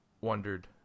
wondered